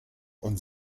und